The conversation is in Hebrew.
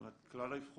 זאת אומרת כלל האבחון,